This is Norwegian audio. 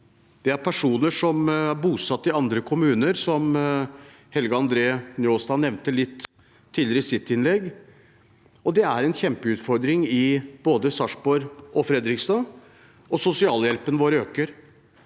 Det er personer som er bosatt i andre kommuner, som Helge André Njåstad nevnte litt tidligere i sitt innlegg. Det er en kjempeutfordring i både Sarpsborg og Fredrikstad. Sosialhjelpsutgiftene våre øker,